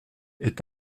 est